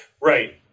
Right